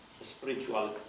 spiritual